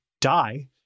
die